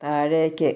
താഴേക്ക്